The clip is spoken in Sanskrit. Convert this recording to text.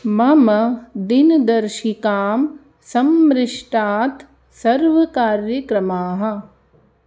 मम दिनदर्शिकां सम्मृष्टात् सर्वकार्यक्रमाः